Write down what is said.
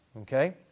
okay